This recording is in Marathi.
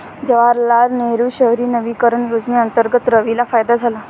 जवाहरलाल नेहरू शहरी नवीकरण योजनेअंतर्गत रवीला फायदा झाला